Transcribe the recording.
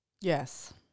yes